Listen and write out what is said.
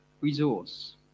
resource